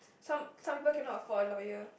some some people cannot afford a lawyer